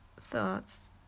thoughts